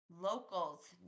locals